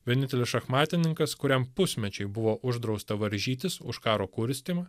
vienintelis šachmatininkas kuriam pusmečiui buvo uždrausta varžytis už karo kurstymą